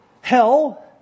hell